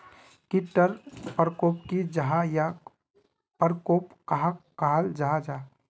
कीट टर परकोप की जाहा या परकोप कहाक कहाल जाहा जाहा?